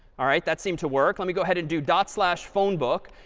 all right, that seemed to work. let me go ahead and do dot slash phone book.